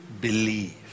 believe